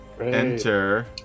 enter